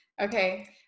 Okay